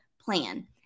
plan